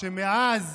שמאז